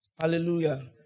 Hallelujah